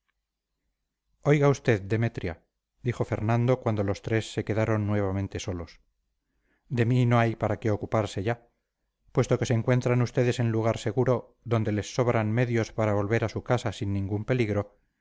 oiga usted demetria dijo fernando cuando los tres se quedaron nuevamente solos de mí no hay para qué ocuparse ya puesto que se encuentran ustedes en lugar seguro donde les sobran medios para volver a su casa sin ningún peligro